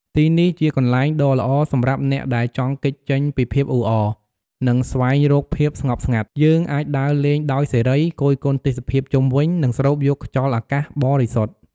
ទីនេះជាកន្លែងដ៏ល្អសម្រាប់អ្នកដែលចង់គេចចេញពីភាពអ៊ូអរ ហើយស្វែងរកភាពស្ងប់ចិត្ត យើងអាចដើរលេងដោយសេរី គយគន់ទេសភាពជុំវិញ និងស្រូបយកខ្យល់អាកាសបរិសុទ្ធ។